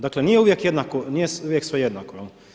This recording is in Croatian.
Dakle nije uvijek jednako, nije uvije sve jednako.